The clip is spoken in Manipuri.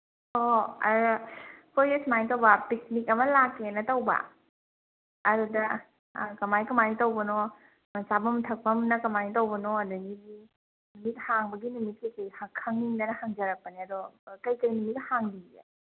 ꯑꯣ ꯑꯗ ꯑꯩꯈꯣꯏꯁꯦ ꯁꯨꯃꯥꯏꯅ ꯇꯧꯕ ꯄꯤꯛꯅꯤꯛ ꯑꯃ ꯂꯥꯛꯀꯦꯅ ꯇꯧꯕ ꯑꯗꯨꯗ ꯀꯃꯥꯏ ꯀꯃꯥꯏ ꯇꯧꯕꯅꯣ ꯆꯥꯕꯝ ꯊꯛꯐꯝꯅ ꯀꯃꯥꯏ ꯇꯧꯕꯅꯣ ꯑꯗꯒꯤꯗꯤ ꯅꯨꯃꯤꯠ ꯍꯥꯡꯕꯒꯤ ꯅꯨꯃꯤꯠꯁꯤꯡꯁꯤ ꯈꯪꯅꯤꯡꯗꯅ ꯍꯪꯖꯔꯛꯄꯅꯦ ꯑꯗꯣ ꯀꯔꯤ ꯀꯔꯤ ꯅꯨꯃꯤꯠ ꯍꯥꯡꯕꯤꯒꯦ